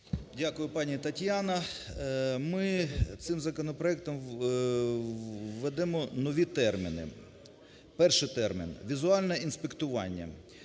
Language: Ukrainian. Дякую, пані Тетяно. Ми цим законопроектом введемо нові терміни. Перший термін – "візуальне інспектування",